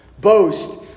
boast